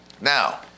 Now